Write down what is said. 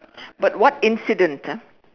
but what incident ah